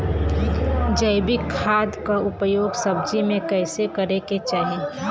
जैविक खाद क उपयोग सब्जी में कैसे करे के चाही?